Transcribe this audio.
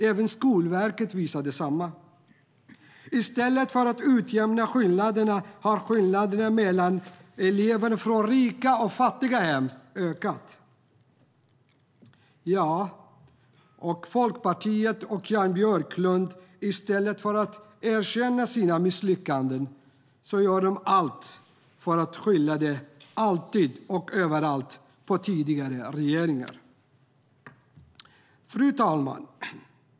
Även Skolverket visar på detta. I stället för att man har utjämnat skillnaderna har skillnaderna mellan elever från rika och fattiga hem ökat. I stället för att erkänna sina misslyckanden gör Folkpartiet och Jan Björklund alltid och överallt allt för att skylla dem på tidigare regeringar. Fru talman!